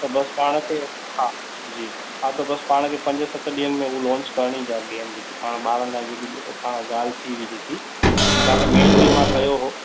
त बसि पाण खे हा जी हा त बसि पाण खे पंज सत ॾींहनि हू लॉंच करिणी बी एम जी की पाण ॿारनि लाइ जेकी पाण ॻाल्हि थी हुई जेकी तव्हांखे ईमेल बि मां कयो हो